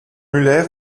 müller